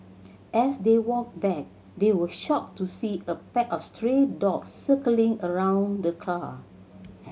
as they walked back they were shocked to see a pack of stray dogs circling around the car